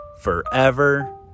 forever